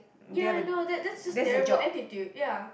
ya I know that that's just terrible attitude ya